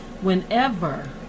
Whenever